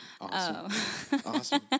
Awesome